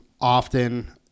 often